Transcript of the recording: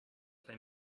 play